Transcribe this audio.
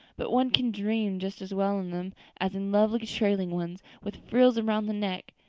but one can dream just as well in them as in lovely trailing ones, with frills around the neck,